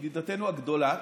ידידתנו הגדולה,